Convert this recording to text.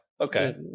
Okay